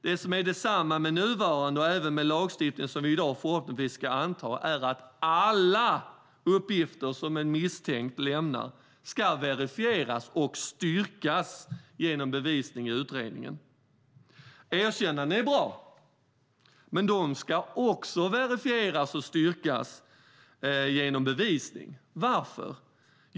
Det som är detsamma i nuvarande och den lagstiftning som vi i dag förhoppningsvis ska anta är att alla uppgifter som en misstänkt lämnar ska verifieras och styrkas genom bevisning i utredningen. Erkännanden är bra, men de ska också verifieras och styrkas genom bevisning. Varför?